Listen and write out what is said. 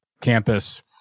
campus